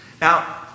Now